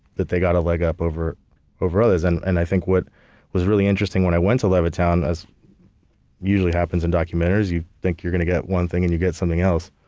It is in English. that they got a leg up over over others. and and i think what was really interesting when i went to levittown, as usually happens in documentaries, you think you're going to get one thing and you get something else.